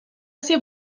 ser